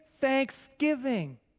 thanksgiving